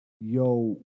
yo